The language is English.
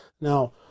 Now